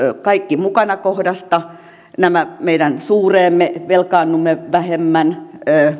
kaikki mukana kohdasta nämä meidän suureemme velkaannumme vähemmän